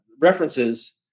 references